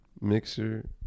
mixer